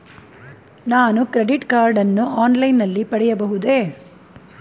ನಾನು credit card ಅನ್ನು online ನಲ್ಲಿ ಪಡೆಯಬಹುದೇ?